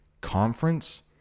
conference